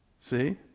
See